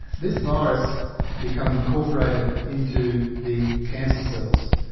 this virus becomes incorporated into the cancer cells,